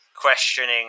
questioning